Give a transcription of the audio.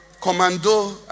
commando